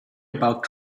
about